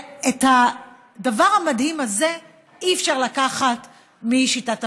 את הדבר המדהים הזה אי-אפשר לקחת משיטת הפריימריז.